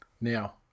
Now